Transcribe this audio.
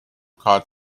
called